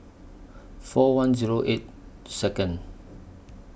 four one Zero eight Second